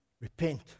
Repent